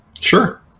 Sure